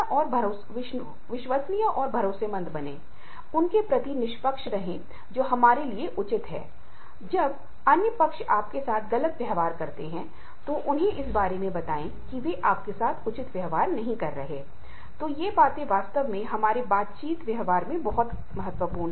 और आप अपनी आध्यात्मिक पूर्ति भी चाहते हैं जो व्यक्ति की सबसे बड़ी जरूरत है